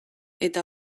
eta